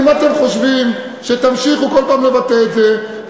אם אתם חושבים שתמשיכו כל פעם לבטא את זה,